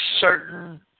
certain